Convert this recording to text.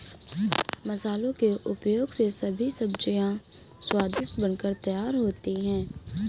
मसालों के उपयोग से सभी सब्जियां स्वादिष्ट बनकर तैयार होती हैं